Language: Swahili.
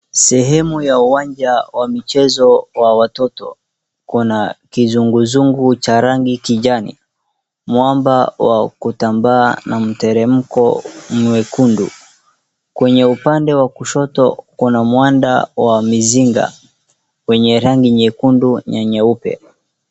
Sehemu ya uwanja wa michezo wa watoto kuna kizunguzungu cha rangi kijani mwamba wa kutamba na mteremko mwekundu kwenye upande wa kushoto kuna mwanda wa mizinga wenye rangi nyekundu na nyeupe .